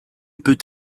peut